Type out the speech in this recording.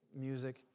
music